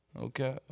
Okay